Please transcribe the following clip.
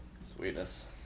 Sweetness